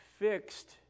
fixed